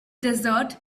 desert